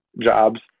jobs